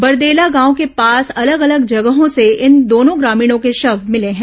बरदेला गांव के पास अलग अलग जगहों से इन दोनों ग्रामीणों के शव मिले हैं